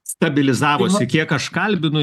stabilizavosi kiek aš kalbinu